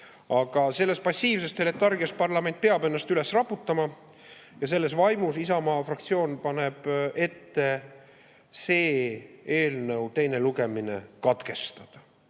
Aga sellest passiivsusest ja letargiast peab parlament ennast üles raputama. Ja selles vaimus Isamaa fraktsioon paneb ette eelnõu teine lugemine katkestada.